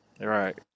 Right